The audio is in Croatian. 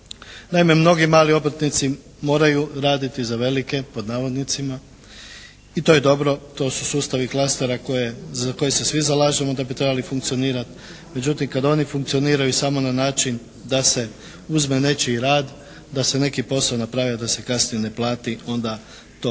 Naime mnogi mali obrtnici moraju raditi za velike, pod navodnicima. I to je dobro. To su sustavi klastera koje, za koje se svi zalažemo da bi trebali funkcionirati. Međutim kad oni funkcioniraju samo na način da se uzme nečiji rad, da se neki posao napravi a da se kasnije ne plati onda to